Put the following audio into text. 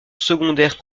secondaire